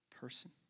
person